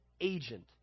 agent